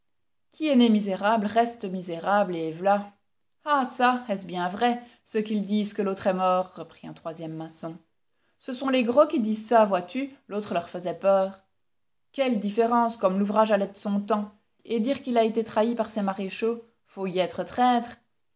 qui est né misérable reste misérable et v'là ah ça est-ce bien vrai ce qu'ils disent que l'autre est mort reprit un troisième maçon ce sont les gros qui disent ça vois-tu l'autre leur faisait peur quelle différence comme l'ouvrage allait de son temps et dire qu'il a été trahi par ses maréchaux faut y être traître